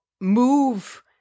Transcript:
move